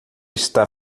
está